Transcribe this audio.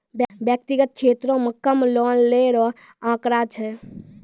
व्यक्तिगत क्षेत्रो म कम लोन लै रो आंकड़ा छै